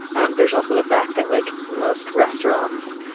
um there's also the fact that like most restaurants,